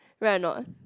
right a not